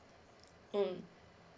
mm